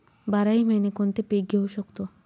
बाराही महिने कोणते पीक घेवू शकतो?